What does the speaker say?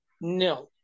No